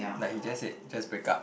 like he just said just break up